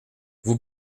vous